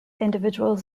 individuals